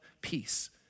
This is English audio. peace